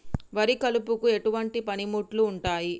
వరి కలుపుకు ఎటువంటి పనిముట్లు ఉంటాయి?